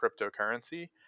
cryptocurrency